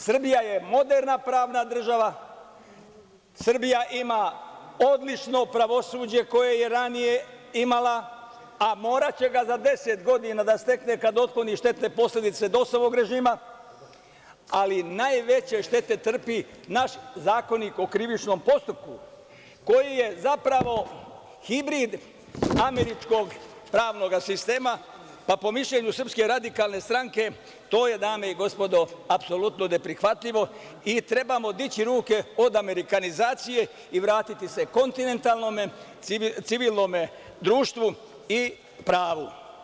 Srbija je moderna pravna država, Srbija ima odlično pravosuđe koje je ranije imala, a moraće za 10 godina da ga stekne kad otkloni štetne posledice DOS-ovog režima, ali najveće štete trpi naš Zakonik o krivičnom postupku, koji je zapravo hibrid američkog pravnog sistema, pa po mišljenju SRS to je, dame i gospodo, apsolutno neprihvatljivo i treba dići ruke od amerikanizacije i vratiti se kontinentalnom civilnom društvu i pravu.